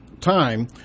time